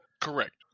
correct